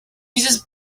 uses